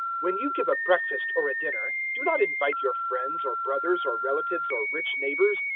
when you give a breakfast or a dinner, do not invite your friends or brothers or relatives or rich neighbours,